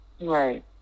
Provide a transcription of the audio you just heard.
Right